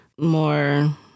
more